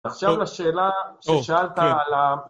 עכשיו לשאלה ששאלת על ה...